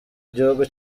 gihugu